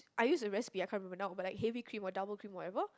I use the recipe I can't remember now but like heavy cream or double cream whatever